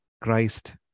Christ